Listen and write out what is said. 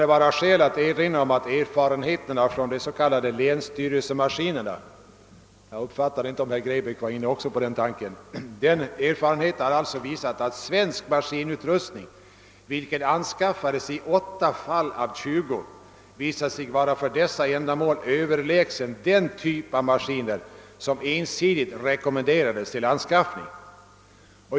Det kan vara skäl att erinra om att erfarenheterna från de s.k. länsstyrelsemaskinerna — jag uppfattade inte om herr Grebäck var inne också på den saken — har visat att svensk datamaskinutrustning, vilken anskaffades i åtta fall av tjugo, för dessa ändamål är överlägsen den typ av maskiner som ensidigt rekommenderades till anskaffning.